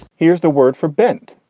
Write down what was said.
here's the word for bent